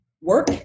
work